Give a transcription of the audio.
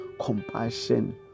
Compassion